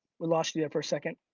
we lost you there for a second.